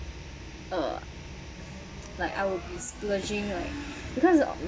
uh I would be splurging like because my